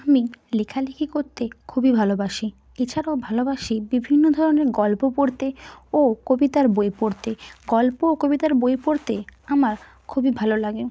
আমি লেখালেখি করতে খুবই ভালোবাসি এছাড়াও ভালোবাসি বিভিন্ন ধরনের গল্প পড়তে ও কবিতার বই পড়তে গল্প ও কবিতার বই পড়তে আমার খুবই ভালো লাগে